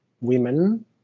women